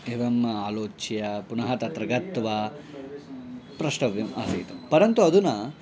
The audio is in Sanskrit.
एवम् आलोच्य पुनः तत्र गत्वा प्रष्टव्यम् आसीत् परन्तु अधुना